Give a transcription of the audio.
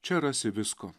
čia rasi visko